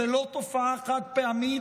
זו לא תופעה חד-פעמית.